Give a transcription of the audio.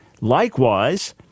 Likewise